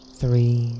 ，three